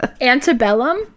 antebellum